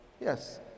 Yes